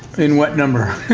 in what number?